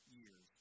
years